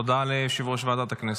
הודעה ליושב-ראש ועדת הכנסת.